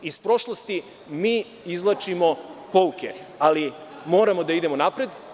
Iz prošlosti mi izvlačimo pouke, ali moramo da idemo napred.